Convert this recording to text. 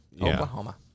Oklahoma